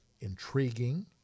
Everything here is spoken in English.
intriguing